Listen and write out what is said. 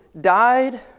died